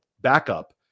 backup